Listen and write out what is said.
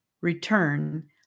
return